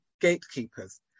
gatekeepers